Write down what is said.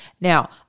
Now